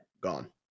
gone